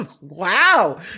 Wow